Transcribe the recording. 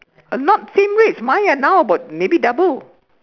are not same rates mine are now about maybe double